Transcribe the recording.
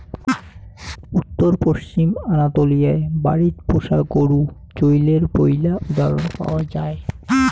উত্তর পশ্চিম আনাতোলিয়ায় বাড়িত পোষা গরু চইলের পৈলা উদাহরণ পাওয়া যায়